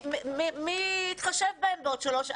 ומי יתחשב בהם בעוד שלוש,